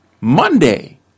Monday